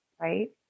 Right